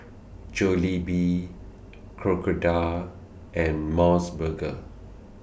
Jollibee Crocodile and Mos Burger